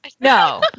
No